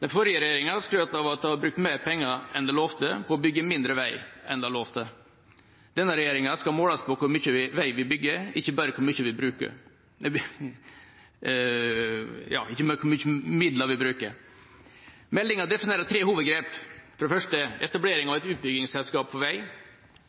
Den forrige regjeringa skrøt av at det var brukt mer penger enn de lovte, på å bygge mindre vei enn de lovte. Denne regjeringa skal måles på hvor mye vei vi bygger, ikke bare på hvor mye midler vi bruker. Meldinga definerer tre hovedgrep – for det første etablering av et utbyggingsselskap for vei,